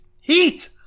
heat